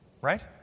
Right